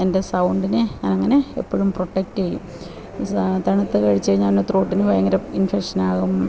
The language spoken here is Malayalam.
എൻ്റെ സൗണ്ടിനെ ഞാനങ്ങനെ എപ്പൊഴും പ്രൊട്ടെക്റ്റെയ്യും തണുത്ത കഴിച്ച് കഴിഞ്ഞാല് ത്രോട്ടിന് ഭയങ്കര ഇൻഫെക്ഷനാവും